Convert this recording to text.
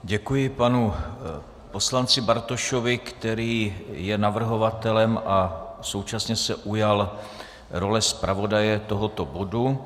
Děkuji panu poslanci Bartošovi, který je navrhovatelem a současně se ujal role zpravodaje tohoto bodu.